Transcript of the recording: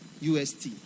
UST